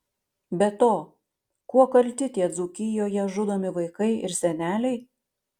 be to kuo kalti tie dzūkijoje žudomi vaikai ir seneliai